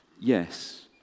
Yes